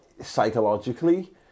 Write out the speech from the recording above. Psychologically